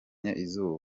izuba